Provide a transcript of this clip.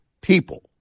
people